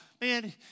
Man